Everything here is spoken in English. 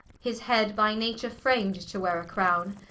his head by nature fram'd to weare a crowne,